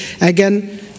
Again